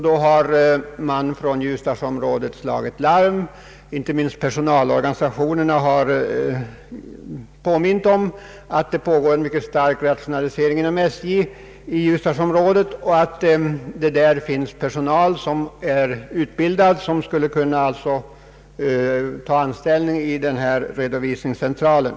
Då har man slagit larm inom Ljusdalsområdet; inte minst personalorganisationerna har påmint om att det i detta område pågår en mycket stark rationalisering inom SJ och att det där finns utbildad personal som kommer att friställas och som alltså skulle kunna ta anställning i redovisningscentralen.